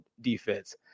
defense